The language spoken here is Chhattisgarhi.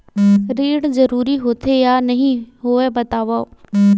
ऋण जरूरी होथे या नहीं होवाए बतावव?